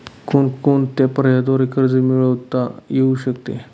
कोणकोणत्या पर्यायांद्वारे कर्ज मिळविता येऊ शकते?